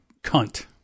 cunt